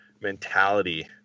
mentality